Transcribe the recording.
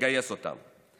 לגייס אותם.